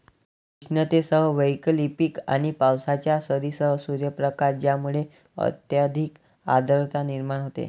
उष्णतेसह वैकल्पिक आणि पावसाच्या सरींसह सूर्यप्रकाश ज्यामुळे अत्यधिक आर्द्रता निर्माण होते